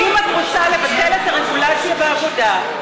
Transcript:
אם את רוצה לבטל את הרגולציה בעבודה,